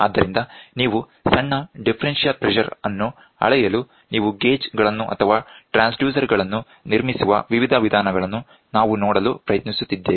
ಆದ್ದರಿಂದ ನೀವು ಸಣ್ಣ ಡಿಫರೆನ್ಷಿಯಲ್ ಪ್ರೆಷರ್ ಅನ್ನು ಅಳೆಯಲು ನೀವು ಗೇಜ್ ಗಳನ್ನು ಅಥವಾ ಟ್ರಾನ್ಸ್ಡ್ಯೂಸರ್ ಗಳನ್ನು ನಿರ್ಮಿಸುವ ವಿವಿಧ ವಿಧಾನಗಳನ್ನು ನಾವು ನೋಡಲು ಪ್ರಯತ್ನಿಸುತ್ತಿದ್ದೇವೆ